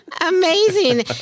amazing